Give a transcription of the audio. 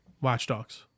Watchdogs